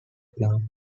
palm